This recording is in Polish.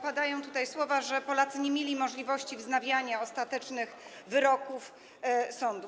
Padają tutaj słowa, że Polacy nie mieli możliwości wznawiania ostatecznych wyroków sądów.